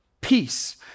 peace